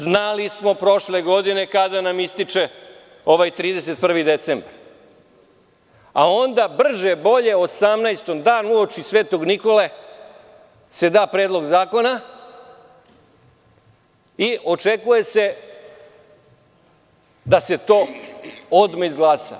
Znali smo prošle godine kada nam ističe ovaj 31. decembar, a onda brže bolje 18. decembra, dan uoči Svetog Nikole se da Predlog zakona i očekuje se da se to odmah izglasa.